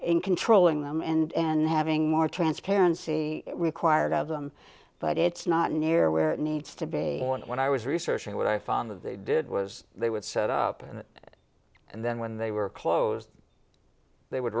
in controlling them and having more transparency required of them but it's not near where it needs to be on when i was researching what i found that they did was they would set up and and then when they were close they would